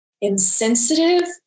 insensitive